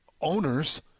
owners